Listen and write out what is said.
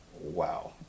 Wow